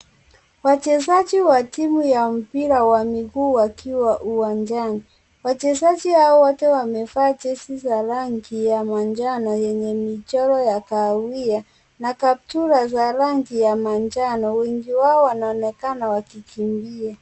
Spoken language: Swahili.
Wachezaji watimu ya mpira wa mguu wakiwa uwanjani, wachezaji hao wote wamevaa jersey za rangi ya manajano yenye michoro ya kahawia na kaptura za rangi ya manjano, wengi wao wanaonekana wakikimbia.